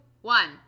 one